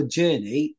journey